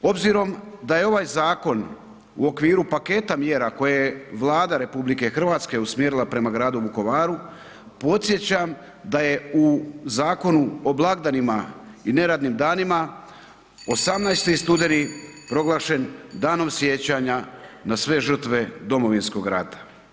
Obzirom da je ovaj zakon u okviru paketa mjera koje Vlada RH usmjerila prema gradu Vukovaru, podsjećam da je u Zakonu o blagdanima i neradnim danima, 18. studeni proglašen Danom sjećanja na sve žrtve Domovinskog rata.